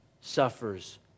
suffers